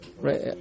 right